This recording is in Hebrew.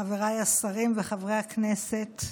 חבריי השרים וחברי הכנסת,